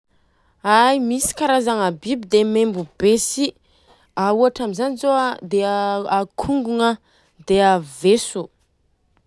Ai, Misy karazagna biby dia membo be si, a ohatra amizany zô a dia ankongogna dia a veso.